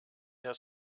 der